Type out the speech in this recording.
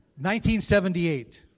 1978